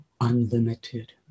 unlimited